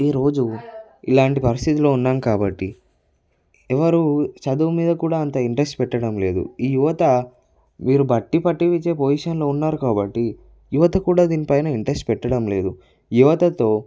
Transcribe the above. ఈ రోజు ఇలాంటి పరిస్థితిలో ఉన్నాం కాబట్టి ఎవరు చదువు మీద కూడా అంత ఇంట్రెస్ట్ పెట్టడం లేదు ఈ యువత మీరు బట్టి పట్టించే పొజిషన్లో ఉన్నారు కాబట్టి యువత కూడా దీనిపైన ఇంట్రెస్ట్ పెట్టడం లేదు యువతతో